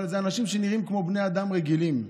אבל הם אנשים שנראים כמו בני אדם רגילים.